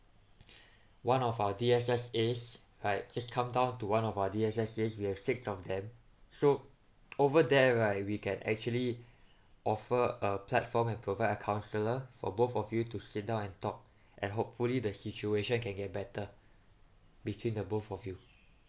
one of our D_S_S_As right just come down to one of our D_S_S_As we have six of them so over there right we can actually offer a platform and provide a counselor for both of you to sit down and talk and hopefully the situation can get better between the both of you